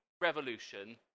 revolution